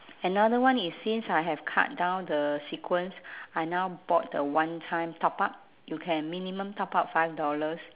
another one is since I have cut down the sequence I now bought the one time top up you can minimum top up five dollars